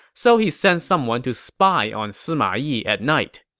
so he sent someone to spy on sima yi at night.